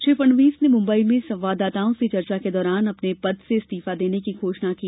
श्री फडणवीस ने मुम्बई में संवाददाताओं से चर्चा के दौरान अपने पद से इस्तीफा देने की घोषणा की